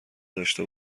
داشته